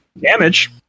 Damage